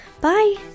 Bye